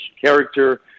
character